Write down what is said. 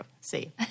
See